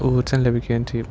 ഊർജ്ജം ലഭിക്കുകയും ചെയ്യും